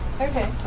okay